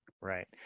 Right